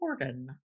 Corden